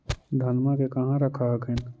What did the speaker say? धनमा के कहा रख हखिन?